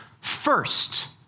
first